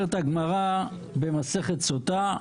אומרת הגמרא במסכת סוטה: